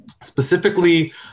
specifically